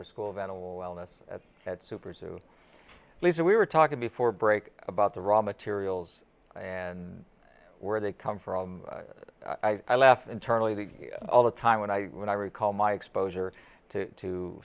her school of animal wellness to pursue lisa we were talking before break about the raw materials and where they come from i laugh internally that all the time when i when i recall my exposure to